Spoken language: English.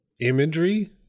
imagery